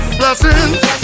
blessings